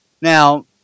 Now